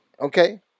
okay